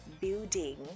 building